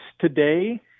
today